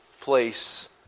place